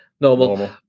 Normal